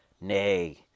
Nay